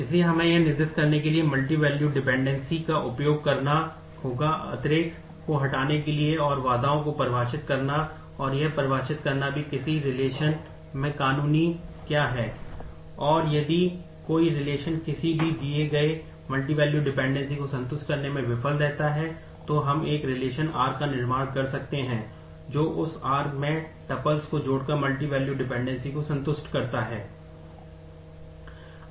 इसलिए हमें यह निर्दिष्ट करने के लिए मल्टीवैल्यूड डिपेंडेंसी को संतुष्ट करता है